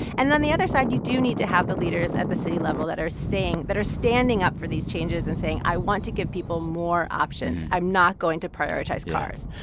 and then on the other side, you do need to have the leaders at the city level that are staying that are standing up for these changes and saying, i want to give people more options. i'm not going to prioritize cars